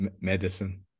medicine